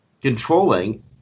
controlling